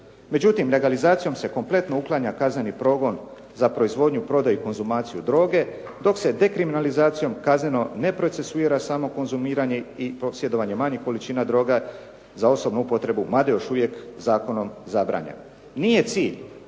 Međutim, legalizacijom se kompletno uklanja kazneni progon za proizvodnju, prodaju i konzumaciju droge dok se dekriminalizacijom kazneno ne procesuira samo konzumiranje i posjedovanje manjih količina droga za osobnu upotrebu mada još uvijek zakonom zabranjeno. Nije cilj